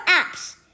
apps